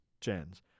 gens